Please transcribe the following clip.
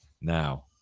Now